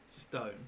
Stone